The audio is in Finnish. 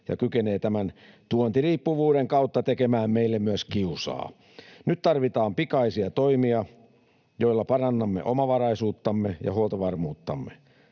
ja kykenee tämän tuontiriippuvuuden kautta tekemään meille myös kiusaa. Nyt tarvitaan pikaisia toimia, joilla parannamme omavaraisuuttamme ja huoltovarmuuttamme.